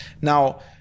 now